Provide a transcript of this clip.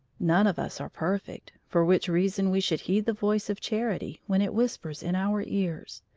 none of us are perfect, for which reason we should heed the voice of charity when it whispers in our ears,